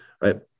right